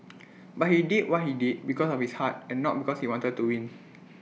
but he did what he did because of his heart and not because he wanted to win